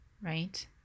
right